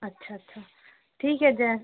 अच्छा अच्छा ठीक है जो